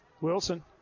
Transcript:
Wilson